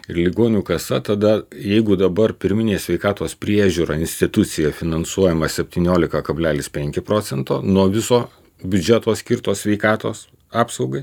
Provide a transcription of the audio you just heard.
ir ligonių kasa tada jeigu dabar pirminės sveikatos priežiūra institucija finansuojama septyniolika kablelis penki procentai nuo viso biudžeto skirto sveikatos apsaugai